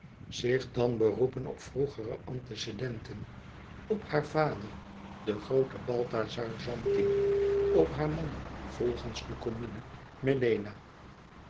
zich dan beroepen op vroegere antecedenten op haar vader den grooten balthazar zanti op haren man volgens de commune melena